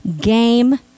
game